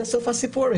זה סוף הסיפור.